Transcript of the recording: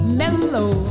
mellow